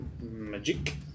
Magic